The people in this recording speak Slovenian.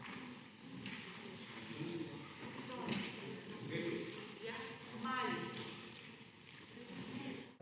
Hvala.